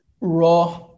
raw